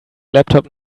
laptop